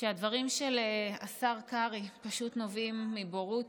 שהדברים של השר קרעי פשוט נובעים מבורות,